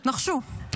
נחשו.